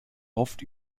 oft